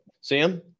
Sam